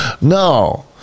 no